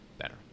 better